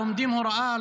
לומדים הוראה,